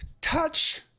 touch